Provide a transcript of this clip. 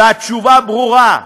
והתשובה ברורה: